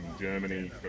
Germany